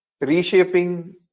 reshaping